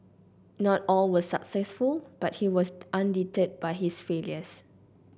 not all was successful but he was undeterred by his failures